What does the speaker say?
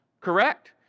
Correct